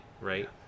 right